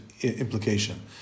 implication